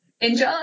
enjoy